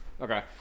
Okay